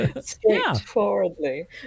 straightforwardly